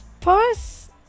pause